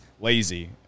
lazy